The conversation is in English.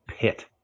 Pit